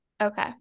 Okay